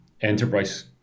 enterprise